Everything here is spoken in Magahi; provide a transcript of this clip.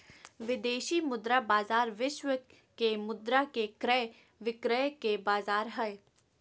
विदेशी मुद्रा बाजार विश्व के मुद्रा के क्रय विक्रय के बाजार हय